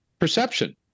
Perception